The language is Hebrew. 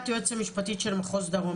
את היועצת המשפטית של מחוז דרום,